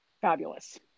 fabulous